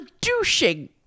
douching